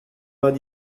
vingt